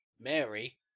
Mary